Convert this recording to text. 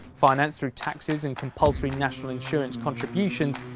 financed through taxes and compulsory national insurance contributions,